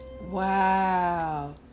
Wow